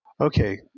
Okay